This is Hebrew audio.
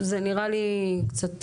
זה נראה לי קצת